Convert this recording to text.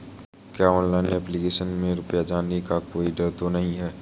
क्या online application में रुपया जाने का कोई डर तो नही है?